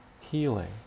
healing